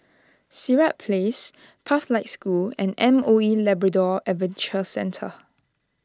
Sirat Place Pathlight School and M O E Labrador Adventure Centre